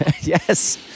Yes